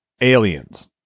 aliens